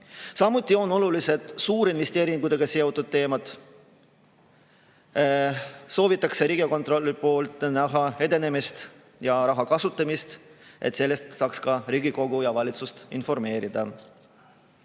Samuti on olulised suurinvesteeringutega seotud teemad. Riigikontrolli poolt soovitakse näha edenemist ja raha kasutamist, et sellest saaks ka Riigikogu ja valitsust informeerida.